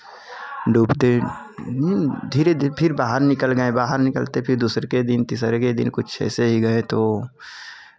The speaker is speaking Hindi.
डूबते धीरे धी फिर बाहर निकल गए बाहर निकलते फिर दुसरके दिन तिसरके दिन कुछ ऐसे ही गए तो